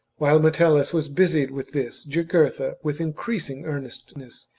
while metellus was busied with this, jugurtha, with increasing earnestness,